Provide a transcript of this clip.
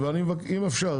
אם אפשר,